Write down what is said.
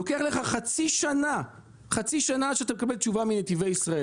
לוקח לך חצי שנה עד שאתה מקבל תשובה מנתיבי ישראל.